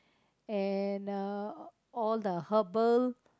and uh all the herbal